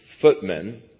footmen